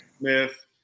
Smith